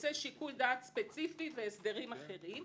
רוצה שיקול דעת ספציפי והסדרים אחרים.